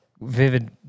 vivid